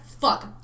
Fuck